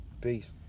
Peace